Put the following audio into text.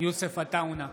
יוסף עטאונה,